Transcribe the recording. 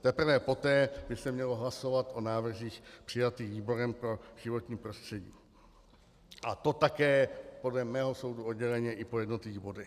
Teprve poté by se mělo hlasovat o návrzích přijatých výborem pro životní prostředí, a to také podle mého soudu odděleně po jednotlivých bodech.